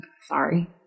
Sorry